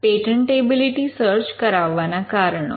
patentability search કરાવવાના કારણો